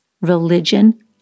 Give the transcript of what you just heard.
religion